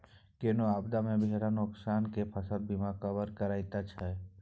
कोनो आपदा मे भेल नोकसान केँ फसल बीमा कवर करैत छै